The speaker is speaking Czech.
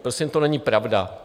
Prosím, to není pravda.